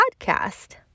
podcast